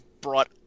brought